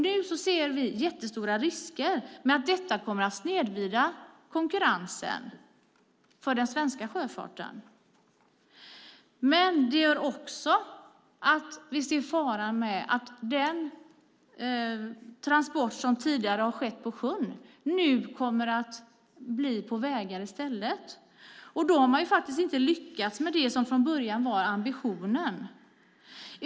Nu ser vi jättestora risker med att detta kommer att snedvrida konkurrensen för den svenska sjöfarten. Det gör också att vi ser faran med att den transport som tidigare har gått på sjön nu kommer att ske på vägar i stället. Då har man faktiskt inte lyckats med det som från början var ambitionen.